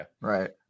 Right